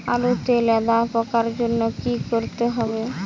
আলুতে লেদা পোকার জন্য কি করতে হবে?